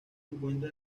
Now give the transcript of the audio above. encuentra